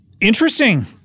interesting